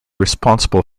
responsible